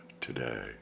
today